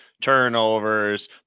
turnovers